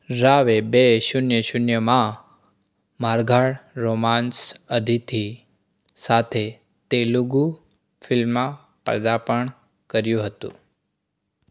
રાવે બે શૂન્ય શૂન્યમાં મારધાડ રોમાન્સ આદિથી સાથે તેલુગુ ફિલ્મમાં પદાર્પણ કર્યું હતું